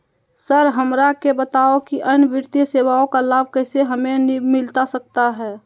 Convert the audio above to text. Sir हमरा के बताओ कि अन्य वित्तीय सेवाओं का लाभ कैसे हमें मिलता सकता है?